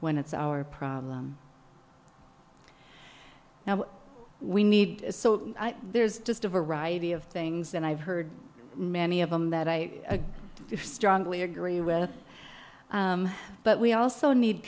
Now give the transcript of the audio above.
when it's our problem now we need so there's just a variety of things and i've heard many of them that i strongly agree with but we also need